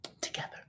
together